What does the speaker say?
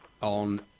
on